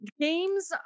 Games